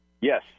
Yes